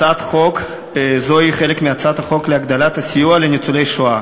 הצעת חוק זו היא חלק מהצעת חוק להגדלת הסיוע לניצולי שואה